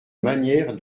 manière